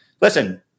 Listen